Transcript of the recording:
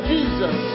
Jesus